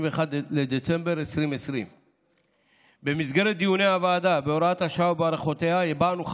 בדצמבר 2020. במסגרת דיוני הוועדה בהוראת השעה ובהארכותיה הבענו,